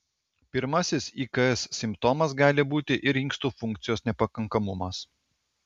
pirmasis iks simptomas gali būti ir inkstų funkcijos nepakankamumas